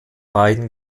beiden